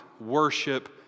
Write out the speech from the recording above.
worship